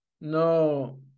no